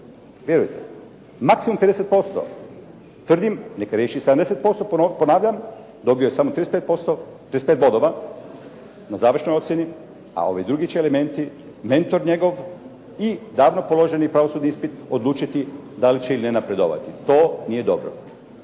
vjerujte. Maksimum 50%, tvrdim neka riješi 70%, ponavljam dobije samo 35 bodova na završnoj ocjeni, a ovi drugi će elementi, mentor njegov i davno položeni pravosudni ispit odlučiti da li će ili ne napredovati. To nije dobro.